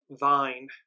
Thine